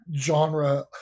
genre